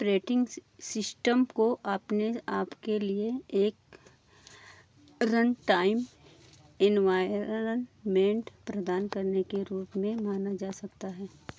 operating system को अपने आपके लिए एक रनटाइम एनवायरनमेंट प्रदान करने के रूप में माना जा सकता है